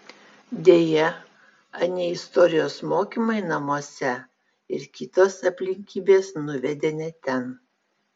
deja anie istorijos mokymai namuose ir kitos aplinkybės nuvedė ne ten